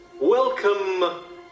Welcome